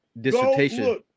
dissertation